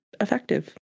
effective